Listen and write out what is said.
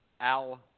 Al